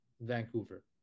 Vancouver